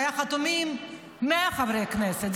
היו חתומים 100 חברי כנסת,